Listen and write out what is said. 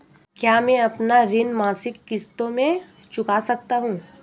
क्या मैं अपना ऋण मासिक किश्तों में चुका सकता हूँ?